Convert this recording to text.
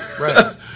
Right